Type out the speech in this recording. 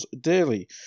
Daily